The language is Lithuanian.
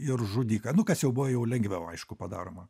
ir žudiką nu kas jau buvo jau lengviau aišku padaroma